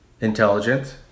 Intelligent